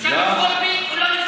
אני לא עובד בטלוויזיה.